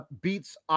beats